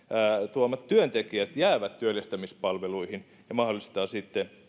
tuomat työntekijät jäävät työllistämispalveluihin ja se mahdollistaa sitten